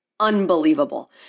Unbelievable